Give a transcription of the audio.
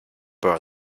boats